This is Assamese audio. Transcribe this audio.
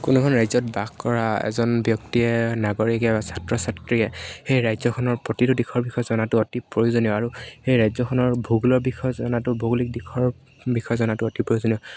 কোনো এখন ৰাজ্যত বাস কৰা এজন ব্যক্তিয়ে নাগৰিকে বা ছাত্ৰ ছাত্ৰীয়ে সেই ৰাজ্যখনৰ প্ৰতিটো দিশৰ বিষয়ে জনাটো অতি প্ৰয়োজনীয় আৰু সেই ৰাজ্যখনৰ ভূগোলৰ বিষয়ে জনাটো ভৌগোলিক দিশৰ বিষয়ে জনাটো অতি প্ৰয়োজনীয়